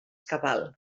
cabal